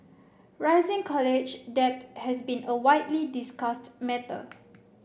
rising college debt has been a widely discussed matter